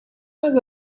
mas